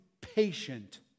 patient